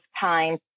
time